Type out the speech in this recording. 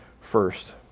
first